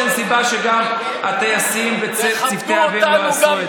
אין סיבה שגם הטייסים בצוותי האוויר לא יעשו את זה.